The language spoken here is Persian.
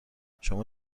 شما